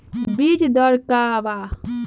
बीज दर का वा?